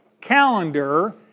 calendar